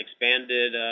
expanded